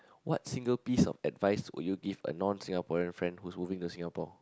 what single piece of advice would you give a non Singaporean friend who's moving to Singapore